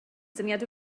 syniad